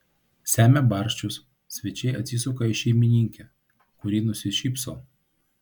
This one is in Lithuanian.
semią barščius svečiai atsisuka į šeimininkę kuri nusišypso